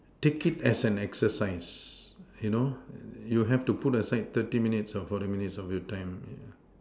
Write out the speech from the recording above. take it as an exercise you know you have to put aside thirty minutes or forty minutes of your time yeah